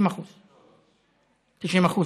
90%. 90%,